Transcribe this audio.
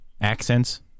accents